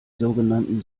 sogenannten